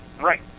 right